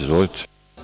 Izvolite.